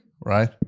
Right